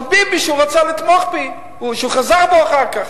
עוד ביבי שרצה לתמוך, וחזר בו אחר כך,